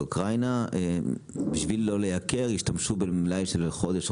אוקראינה בשביל לא לייקר השתמשו במלאי של חודש,